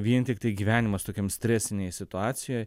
vien tiktai gyvenimas tokiam stresinėj situacijoj